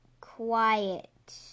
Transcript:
quiet